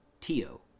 Tio